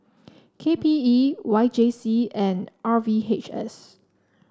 K P E Y J C and R V H S